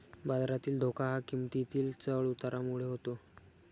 बाजारातील धोका हा किंमतीतील चढ उतारामुळे होतो